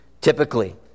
typically